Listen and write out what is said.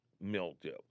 mildew